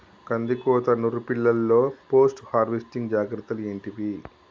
కందికోత నుర్పిల్లలో post harvesting జాగ్రత్తలు ఏంటివి?